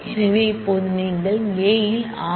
எனவே இப்போது நீங்கள் A ல் r